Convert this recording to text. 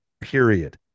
period